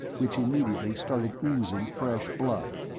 which immediately started oozing fresh blood.